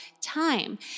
time